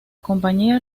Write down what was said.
compañía